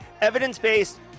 evidence-based